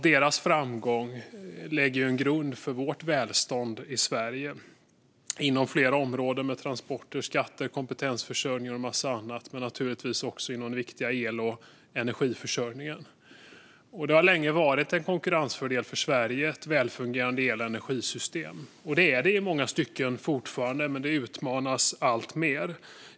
Deras framgång lägger en grund för vårt välstånd i Sverige inom flera områden, med transporter, skatter, kompetensförsörjning och en massa annat, men naturligtvis också inom den viktiga el och energiförsörjningen. Ett välfungerande el och energisystem har länge varit en konkurrensfördel för Sverige och är det i många stycken fortfarande, men det utmanas alltmer.